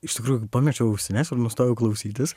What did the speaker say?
iš tikrųjų pamečiau ausines ir nustojau klausytis